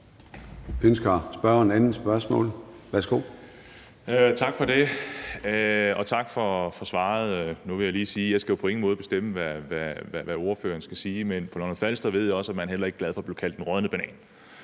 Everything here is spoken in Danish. Ønsker spørgeren et andet spørgsmål? Værsgo. Kl. 10:52 Kasper Roug (S): Tak for det, og tak for svaret. Nu vil jeg lige sige, at jeg jo på ingen måde skal bestemme, hvad ordføreren skal sige, men på Lolland-Falster ved jeg også at man heller ikke er glad for at blive kaldt den rådne banan.